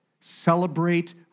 celebrate